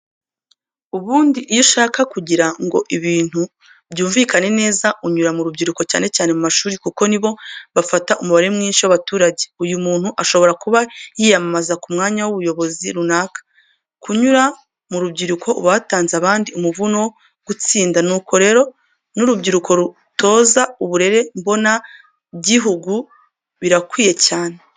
Ubundi iyo ushaka kugira ngo ibintu byumvikane neza unyura mu rubyiruko cyane cyane mu mashuri kuko ni bo bafata umubare mwinshi w'abaturage. uyu muntu ashobora kuba yiyamamaza kumwanya w'ubuyobozi runaka, kunyura mu rubyuruko uba watanze abandi umuvuno wo gutsinda. Nuko rero n'urubyiruko kurutoza uburere mboneagihugu birakwiye cyane.